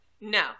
No